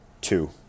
Two